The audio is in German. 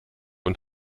und